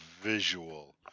visual